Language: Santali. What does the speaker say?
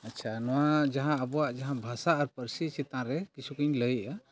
ᱟᱪᱪᱷᱟ ᱱᱚᱣᱟ ᱡᱟᱦᱟᱸ ᱟᱵᱚᱣᱟᱜ ᱡᱟᱦᱟᱸ ᱵᱷᱟᱥᱟ ᱟᱨ ᱯᱟᱹᱨᱥᱤ ᱪᱮᱛᱟᱱ ᱨᱮ ᱠᱤᱪᱷᱩᱠᱤᱧ ᱞᱟᱹᱭᱮᱜᱼᱟ